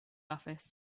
office